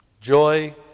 Joy